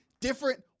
different